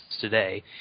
today